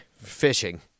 fishing